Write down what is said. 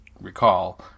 recall